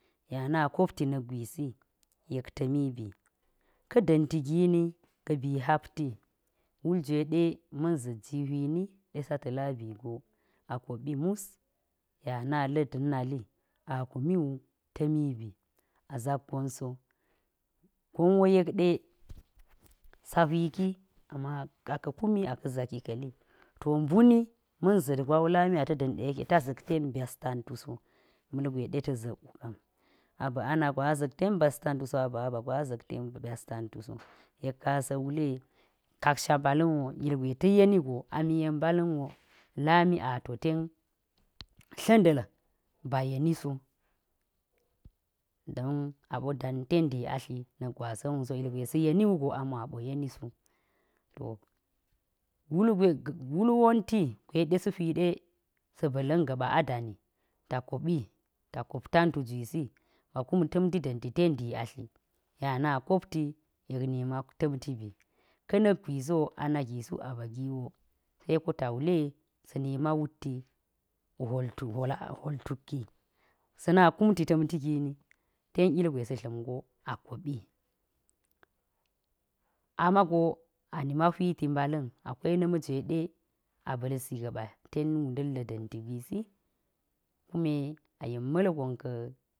Ya na kopti na̱k gwisi yek ta̱mi bi, ka̱ da̱nti gini, ga̱ bi hapti, wul jweɗe ma̱n za̱t jii hwi ni ɗe saa ta̱la bi go, a koɓi mus, ya na la̱t na̱ nali, a kumi wu. ta̱mi bi, a zak gon so. Gon wo yek ɗe saa hwi ki, amma a ka̱ kumi a ka̱ zaki ka̱li, to mbuni ma̱n za̱t gwa wo lami a ta̱ da̱n ɗe yeke, ta za̱k ten byas tantu so ma̱lgwe ɗe ta̱ za̱k wu kam, a ba̱ ana gwa a za̱k ten byas tantu so, a ba̱ aba gwa a za̱k ten byas tantu so. yek ka̱n a saa wule, kaksha mbala̱n wo ilgwe ta̱ yeni go, ami yen mbala̱n wo lami a to ten tla̱nda̱l, ba yeni so. don a ɓo da̱n ten dii atli na̱k gwasa̱n wu so. ilgwe sa̱ yeni wu go ami wo a ɓo yeni so. to, wul gwe ga̱g wul wonti, gwe ɗe sa̱a̱ hwiɗe, sa̱a̱ ba̱la̱n ga̱ɓa a dani. ta koɓi, ta kop tantu jwisi, ba kum ta̱mti da̱nti ten dii atli. ya a na kopti, yek nima ta̱mti bi. Ka̱ na̱k gwisi wo, ana gi suk aba gi wo, seko ta wule sa̱a̱ nima wutti hwol tuau. hwol tuki, sa̱a̱ na kumti ta̱mti gi ni, ten ilgwe sa̱a̱ dla̱m go a koɓi. a ma go a nima hwiti mbala̱n, a kwai na̱ ma̱jwe ɗe a ba̱lsi ga̱ɓa ten wunda̱l ga̱ da̱mti gwisi. kume a yen ma̱lgo ka̱.